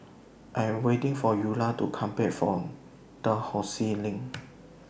I Am waiting For Eulah to Come Back from Dalhousie Lane